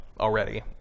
already